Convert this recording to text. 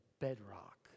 bedrock